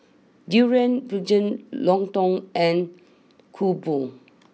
Durian Pengat Lontong and Kuih Bom